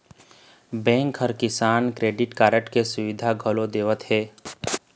bank ह किसान ल क्रेडिट कारड के सुबिधा घलोक देवत हे